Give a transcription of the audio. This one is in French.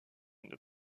une